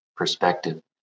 perspective